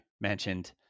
mentioned